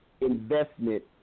investment